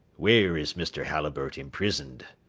where is mr. halliburtt imprisoned?